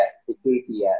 security